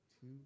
Two